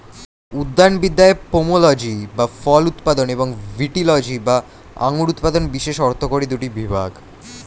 উদ্যানবিদ্যায় পোমোলজি বা ফল উৎপাদন এবং ভিটিলজি বা আঙুর উৎপাদন বিশেষ অর্থকরী দুটি বিভাগ